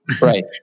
Right